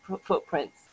footprints